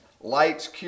Light's